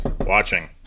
watching